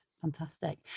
fantastic